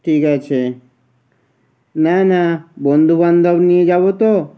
ঠিক আছে না না বন্ধু বান্ধব নিয়ে যাবো তো